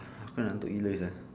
aku ngantuk gila sia